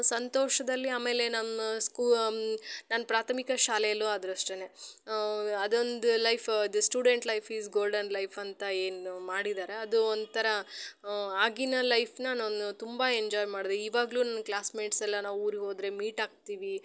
ಸಂತೋಷದಲ್ಲಿ ಆಮೇಲೆ ನಮ್ಮ ಸ್ಕೂ ನಾನು ಪ್ರಾಥಮಿಕ ಶಾಲೆಯಲ್ಲೂ ಆದರೂ ಅಷ್ಟೇನೇ ಅದೊಂದು ಲೈಫು ಅದು student life is golden life ಅಂತ ಏನು ಮಾಡಿದಾರೆ ಅದು ಒಂಥರ ಆಗಿನ ಲೈಫನ್ನ ನಾನು ತುಂಬ ಎಂಜಾಯ್ ಮಾಡಿದೆ ಇವಾಗಲೂ ನನ್ನ ಕ್ಲಾಸ್ಮೇಟ್ಸ್ ಎಲ್ಲ ನಾವು ಊರಿಗೆ ಹೋದರೆ ಮೀಟ್ ಆಗ್ತೀವಿ